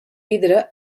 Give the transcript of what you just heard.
vidre